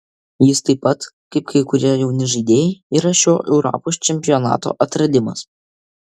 jis taip pat kaip kai kurie jauni žaidėjai yra šio europos čempionato atradimas